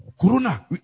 Corona